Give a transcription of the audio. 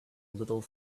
little